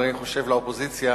אני חושב שלאופוזיציה